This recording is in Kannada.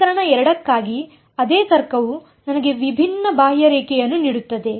ಸಮೀಕರಣ 2 ಕ್ಕಾಗಿ ಅದೇ ತರ್ಕವು ನನಗೆ ವಿಭಿನ್ನ ಬಾಹ್ಯರೇಖೆಯನ್ನು ನೀಡುತ್ತದೆ